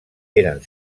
eren